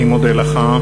אני מודה לך.